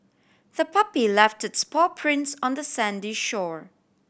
the puppy left its paw prints on the sandy shore